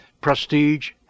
prestige